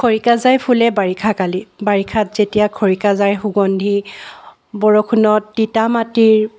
খৰিকাজাই ফুলে বাৰিষাকালি বাৰিষাত যেতিয়া খৰিকাজাই সুগন্ধি বৰষুণত তিতা মাটিৰ